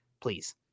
Please